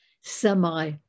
semi-